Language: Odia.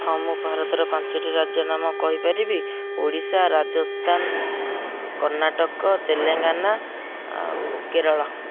ହଁ ମୁଁ ଭାରତର ପାଞ୍ଚଟି ରାଜ୍ୟର ନାମ କହିପାରିବି ଓଡ଼ିଶା ରାଜସ୍ଥାନ କର୍ଣ୍ଣାଟକ ତେଲେଙ୍ଗାନା ଆଉ କେରଳ